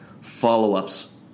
follow-ups